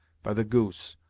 by the goose,